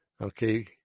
Okay